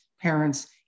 parents